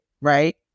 right